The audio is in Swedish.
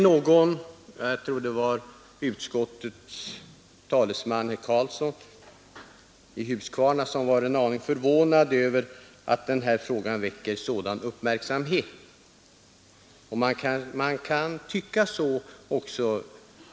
Jag tror det var herr Karlsson i Huskvarna som var en aning förvånad över att denna fråga väcker sådan uppmärksamhet. Ja, man kan tycka så.